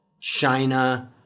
China